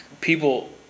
people